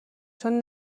چون